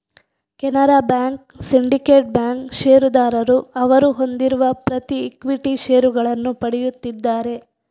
Canara bank, syndicate bank ಷೇರುದಾರರು ಅವರು ಹೊಂದಿರುವ ಪ್ರತಿ ಈಕ್ವಿಟಿ ಷೇರುಗಳನ್ನು ಪಡೆಯುತ್ತಿದ್ದಾರೆ